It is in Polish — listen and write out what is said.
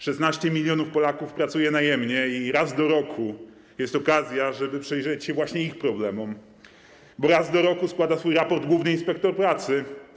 16 mln Polaków pracuje najemnie i raz do roku jest okazja, żeby przyjrzeć się właśnie ich problemom, bo raz do roku składa swój raport główny inspektor pracy.